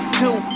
two